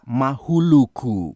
mahuluku